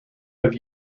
have